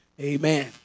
Amen